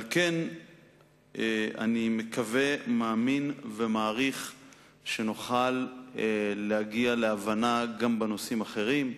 על כן אני מקווה ומאמין ומעריך שנוכל להגיע להבנה גם בנושאים אחרים.